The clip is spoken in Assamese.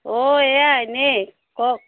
অঁ এইয়া এনেই কওক